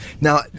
Now